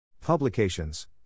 Publications